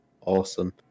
awesome